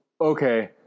okay